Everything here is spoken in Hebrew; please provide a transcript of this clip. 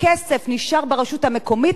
הכסף נשאר ברשות המקומית,